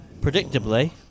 Predictably